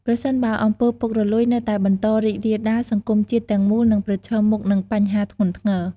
ប្រសិនបើអំពើពុករលួយនៅតែបន្តរីករាលដាល សង្គមជាតិទាំងមូលនឹងប្រឈមមុខនឹងបញ្ហាធ្ងន់ធ្ងរ។